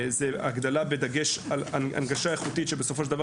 זו הגדלה בדגש על הנגשה איכותית שבסופו של דבר